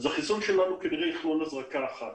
החיסון שלנו כנראה יכלול הזרקה אחת.